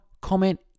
comment